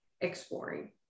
exploring